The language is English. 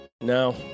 No